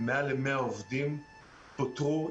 מעל ל-100 עובדים פוטרו,